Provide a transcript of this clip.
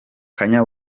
kanye